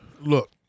Look